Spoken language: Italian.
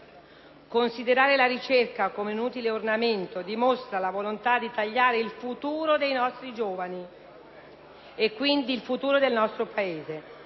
Considerare la ricerca come un utile ornamento dimostra la volonta di tagliare il futuro dei nostri giovani e quindi del Paese